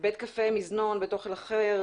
בית קפה, מזנון, בית אוכל אחר